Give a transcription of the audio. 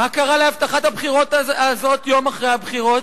מה קרה להבטחת הבחירות הזאת יום אחרי הבחירות?